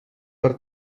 per